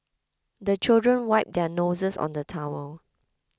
the children wipe their noses on the towel